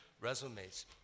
resumes